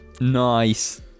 Nice